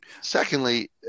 Secondly